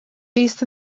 fis